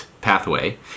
pathway